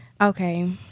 Okay